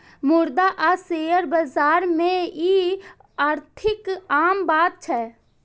मुद्रा आ शेयर बाजार मे ई अत्यधिक आम बात छै